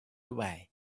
away